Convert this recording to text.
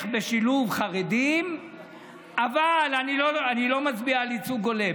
בשילוב חרדים אבל אני לא מצביע על ייצוג הולם.